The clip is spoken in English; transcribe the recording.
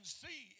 see